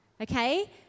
Okay